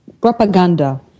propaganda